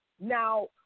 Now